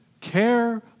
Care